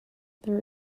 there